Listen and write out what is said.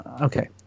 okay